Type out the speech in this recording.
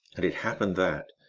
and it happened that,